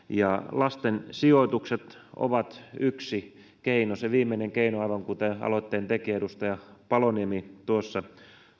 lasten sijoitukset ovat yksi keino se viimeinen keino aivan kuten aloitteen tekijä edustaja paloniemi